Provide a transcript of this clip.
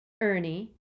Ernie